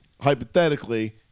hypothetically